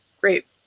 great